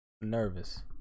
nervous